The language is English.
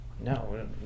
No